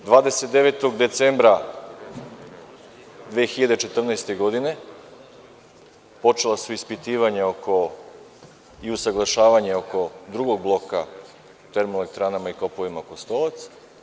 Dana 29. decembra 2014. godine počela su ispitivanja i usaglašavanje oko Drugog bloka termoelektranama i kopovima „Kostolac“